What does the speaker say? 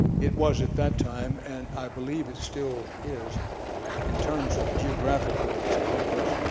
it was at that time and i believe it still is in terms of geographical circumference,